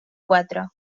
quatre